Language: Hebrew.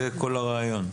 זה כל הרעיון.